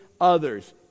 others